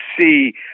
see